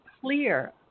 clear